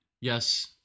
Yes